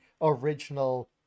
original